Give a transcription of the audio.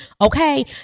okay